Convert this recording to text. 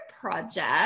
project